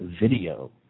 video